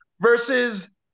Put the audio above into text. versus